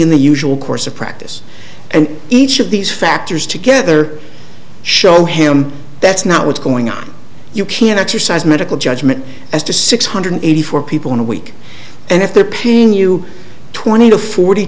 in the usual course of practice and each of these factors together show him that's not what's going on you can exercise medical judgment as to six hundred eighty four people in a week and if they're paying you twenty to forty